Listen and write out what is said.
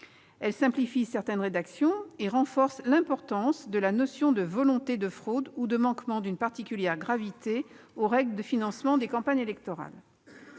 Elle simplifie certaines rédactions et renforce l'importance de la notion de « volonté de fraude ou de manquement d'une particulière gravité aux règles de financement des campagnes électorales